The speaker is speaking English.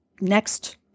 next